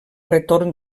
retorn